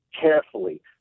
carefully